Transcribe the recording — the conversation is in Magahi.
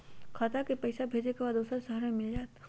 खाता के पईसा भेजेए के बा दुसर शहर में मिल जाए त?